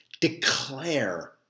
declare